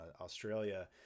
Australia